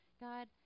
God